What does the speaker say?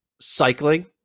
cycling